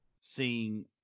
seeing